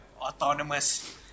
autonomous